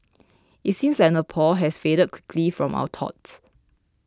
it seems like Nepal has faded quickly from our thoughts